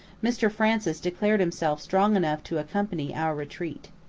mr francis declared himself strong enough to accompany our retreat.